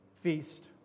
feast